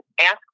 Ask